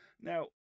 Now